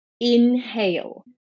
inhale